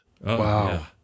wow